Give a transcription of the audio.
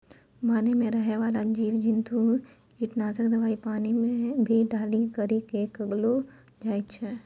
मान मे रहै बाला जिव जन्तु किट नाशक दवाई पानी मे भी डाली करी के करलो जाय छै